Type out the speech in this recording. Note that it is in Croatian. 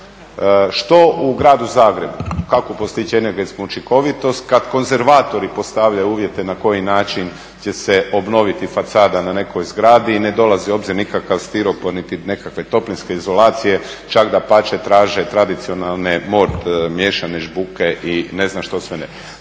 Što u Gradu Zagrebu, kako postići energetsku učinkovitost kad konzervatori postavljaju uvjete na koji način će se obnoviti fasada na nekoj zgradi i ne dolazi u obzir nikakav stiropor niti nekakve toplinske izolacije, čak dapače traže tradicionalne mort miješane žbuke i ne znam što sve ne.